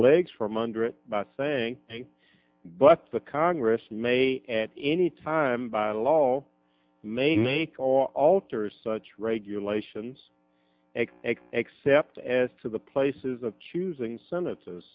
legs from under it saying but the congress may at any time by law may make alters such regulations except as to the places of choosing sentences